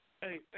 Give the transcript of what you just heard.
Hey